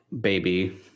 baby